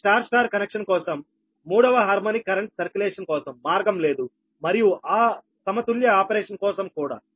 కానీ star star connection కోసం మూడవ హార్మోనిక్ కరెంట్ సర్క్యులేషన్ కోసం మార్గం లేదు మరియు ఆ సమతుల్య ఆపరేషన్ కోసం కూడా